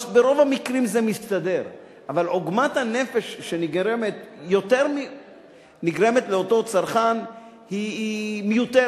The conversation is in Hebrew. ברוב המקרים זה מסתדר אבל עוגמת הנפש שנגרמת לאותו צרכן היא מיותרת.